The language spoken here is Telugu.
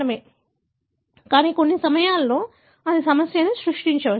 కానీ కొన్ని సమయాల్లో అది సమస్యను సృష్టించవచ్చు